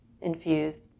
infused